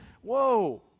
whoa